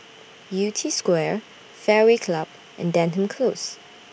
Yew Tee Square Fairway Club and Denham Close